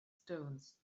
stones